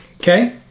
okay